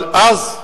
אבל אז.